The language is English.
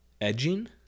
Edging